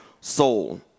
soul